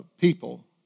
people